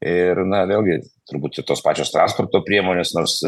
ir na vėlgi turbūt ir tos pačios transporto priemonės nors